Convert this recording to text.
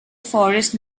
forest